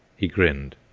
he grinned.